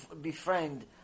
befriend